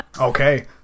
okay